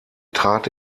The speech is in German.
trat